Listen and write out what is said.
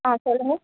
ஆ சொல்லுங்கள்